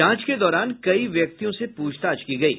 जांच के दौरान कई व्यक्तियों से पूछताछ की गयी